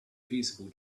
feasible